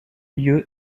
lieu